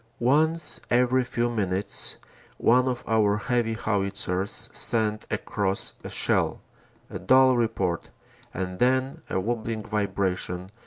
once every few minutes one of our heavy ho vitzers send across a shell a dull report and then a wobbling vibration,